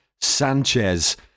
Sanchez